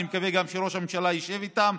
אני מקווה שגם ראש הממשלה ישב איתם,